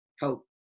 help